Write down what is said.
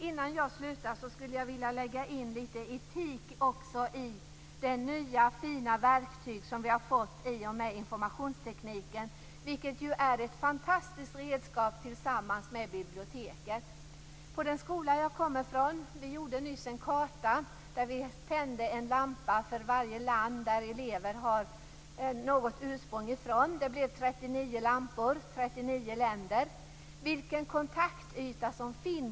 Innan jag slutar skulle jag vilja lägga in lite etik också i det nya fina verktyg som vi har fått i och med informationstekniken. Det är ju ett fantastiskt redskap tillsammans med biblioteket. På den skola jag kommer från gjorde vi nyss en karta. Vi tände en lampa för varje land som elever har någon anknytning till. Det blev 39 lampor, 39 länder. Vilken kontaktyta som finns!